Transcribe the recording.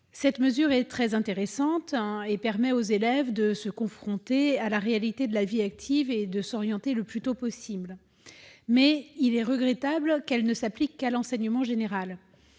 Cette mesure est très intéressante et permet aux élèves de se confronter à la réalité de la vie active et de s'orienter le plus tôt possible, mais il est regrettable qu'elle ne s'applique qu'à l'enseignement général.